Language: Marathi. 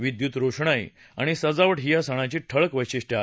विद्युत रोषणाई आणि सजावट ही या सणाची ठळक वैशिष्ट्ये आहेत